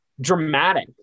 dramatic